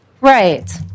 Right